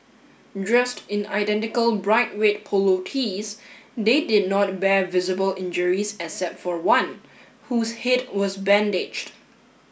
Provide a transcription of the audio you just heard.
dressed in identical bright red polo tees they did not bear visible injuries except for one whose head was bandaged